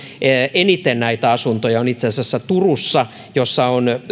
eniten näitä asuntoja on itse asiassa turussa jossa on